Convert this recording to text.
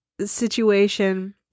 situation